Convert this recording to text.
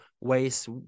ways